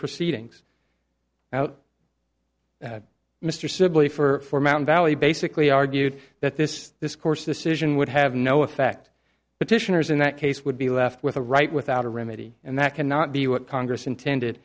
proceedings out mr sibley for mountain valley basically argued that this this course the citizen would have no effect petitioners in that case would be left with a right without a remedy and that cannot be what congress intended